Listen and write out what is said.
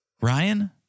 Ryan